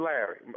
Larry